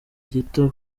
gito